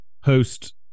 host